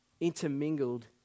intermingled